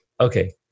Okay